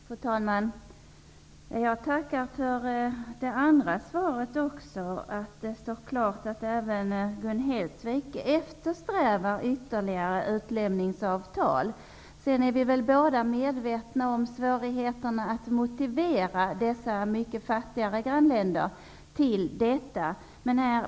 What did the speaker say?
Fru talman! Jag tackar också för det andra svaret. Det står klart att även Gun Hellsvik eftersträvar ytterligare utlämningsavtal. Vi är väl båda medvetna om svårigheterna att motivera dessa mycket fattigare grannländer till detta.